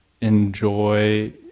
enjoy